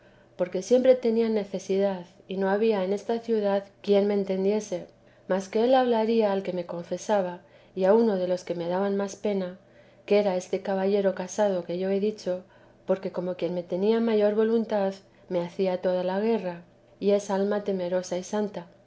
porque siempre tenía necesidad y no había en esta ciudad quien me entendiese mas que él hablaría al que me confesaba y a uno de los que me daban más pena que era este caballero casado que ya he dicho porque como quien me tenía mayor voluntad me hacía toda la guerra y es alma temerosa y santa